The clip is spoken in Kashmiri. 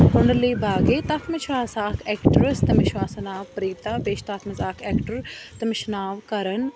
کنڈلی باغے تَتھ منٛز چھُ آسان اَکھ اٮ۪کٹریَس تٔمِس چھُ آسان ناو پریٖتا بیٚیہِ چھُ تَتھ منٛز اَکھ اٮ۪کٹر تٔمِس چھُ ناو کَرَن